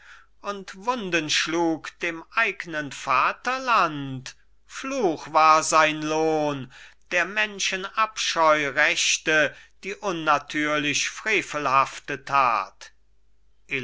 und wunden schlug dem eignen vaterland fluch war sein lohn der menschen abscheu rächte die unnatürlich frevelhafte tat